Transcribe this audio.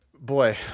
Boy